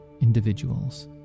individuals